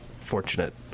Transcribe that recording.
fortunate